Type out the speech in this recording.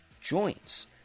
joints